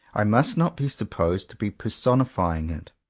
i must not be supposed to be personifying it.